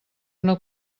una